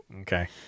Okay